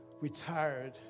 retired